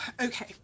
okay